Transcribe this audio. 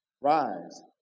Rise